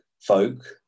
folk